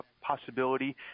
possibility